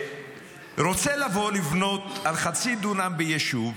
צעיר שרוצה לבוא לבנות על חצי דונם ביישוב,